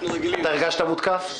הרגשת מותקף?